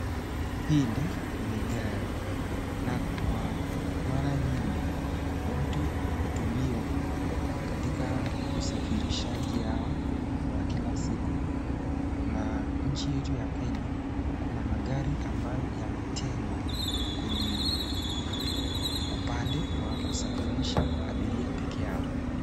Hili ni gari, na kwa mara nyingi, watu hutumiwa katika usafirishaji yao wa kila siku, na nchi yetu ya kenya. Kuna magari ambayo yametengwa kwenye upande wa kusafirisha abiria pekeyeo.